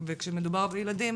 וכשמדובר בילדים